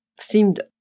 seemed